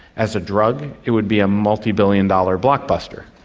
as a drug it would be a multibillion dollar blockbuster.